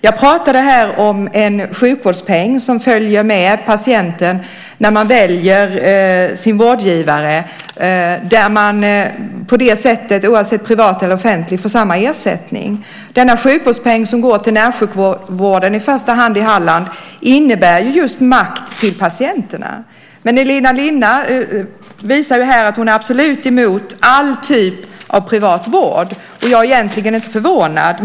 Jag pratade här om en sjukvårdspeng som följer med patienten när man väljer sin vårdgivare, där man oavsett privat eller offentligt får samma ersättning. Denna sjukvårdspeng, som i Halland går till närsjukvården i första hand, innebär just makt till patienterna. Elina Linna visar här att hon absolut är emot varje typ av privat vård. Jag är egentligen inte förvånad.